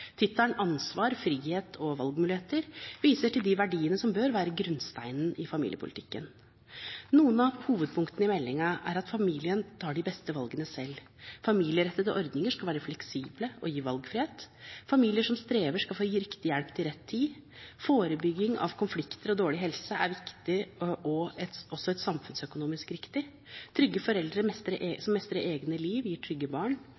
Tittelen Familien – ansvar, frihet og valgmuligheter viser til de verdiene som bør være grunnsteinen i familiepolitikken. Noen av hovedpunktene i meldingen er at familiene tar de beste valgene selv at familierettede ordninger skal være fleksible og gi valgfrihet at familier som strever, skal få riktig hjelp til rett tid at forebygging av konflikter og dårlig helse er viktig og samfunnsøkonomisk riktig at trygge foreldre som mestrer egne liv, gir trygge barn